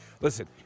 Listen